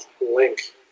Link